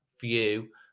view